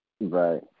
Right